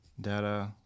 Data